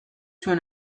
zuen